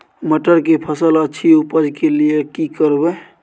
मटर के फसल अछि उपज के लिये की करबै?